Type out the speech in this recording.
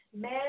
man